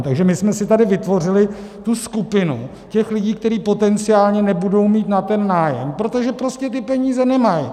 Takže my jsme si tady vytvořili tu skupinu lidí, kteří potenciálně nebudou mít na nájem, protože prostě ty peníze nemají.